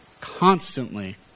constantly